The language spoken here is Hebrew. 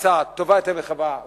הצעה טובה יותר מחברה y.